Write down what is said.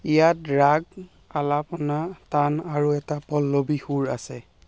ইয়াত ৰাগ আলাপনা তান আৰু এটা পল্লৱী সুৰ আছে